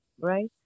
right